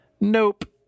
Nope